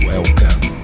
Welcome